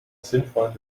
sinnvollen